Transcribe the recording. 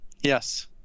Yes